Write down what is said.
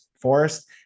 Forest